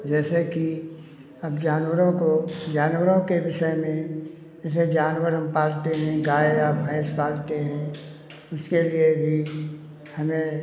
जैसे कि अब जानवरों को जानवरों के विषय में जैसे जानवर हम पालते हैं गाय या भैंस पालते हैं उसके लिए भी हमें